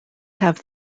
have